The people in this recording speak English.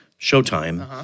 showtime